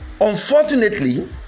Unfortunately